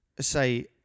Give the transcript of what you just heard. say